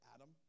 Adam